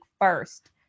first